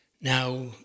Now